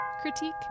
critique